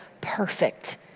perfect